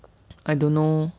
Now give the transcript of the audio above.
I don't know